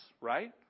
right